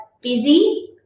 busy